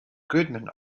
goodman